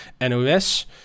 nos